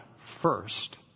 first